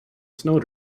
snow